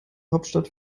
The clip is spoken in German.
hauptstadt